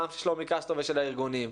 גם של שלומי קסטרו ושל הארגונים,